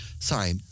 Sorry